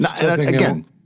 Again